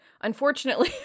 Unfortunately